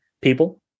People